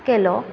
केलो